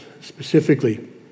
specifically